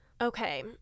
Okay